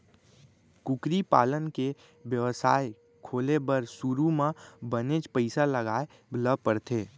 कुकरी पालन के बेवसाय खोले बर सुरू म बनेच पइसा लगाए ल परथे